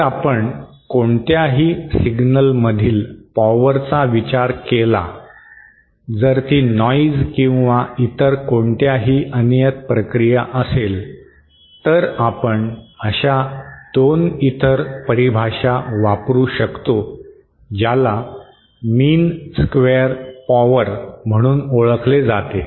जर आपण कोणत्याही सिग्नलमधील पॉवरचा विचार केला जर ती नॉइज किंवा इतर कोणत्याही अनियत प्रक्रिया असेल तर आपण अशा दोन इतर परिभाषा वापरु शकतो ज्याला मीन स्क्वेअर पॉवर म्हणून ओळखले जाते